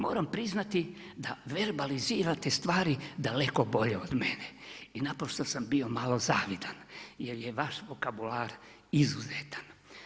Moram priznati da verbalizirate stvari daleko bolje od mene i naprosto sam bio malo zavidan jel je vaš vokabular izuzetan.